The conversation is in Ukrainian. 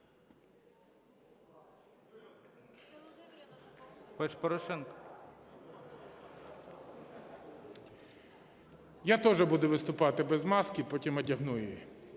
Я теж буду виступати без маски, потім одягну її.